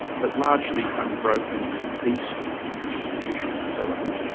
but largely unbroken and peaceful constitutional development,